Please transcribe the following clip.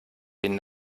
den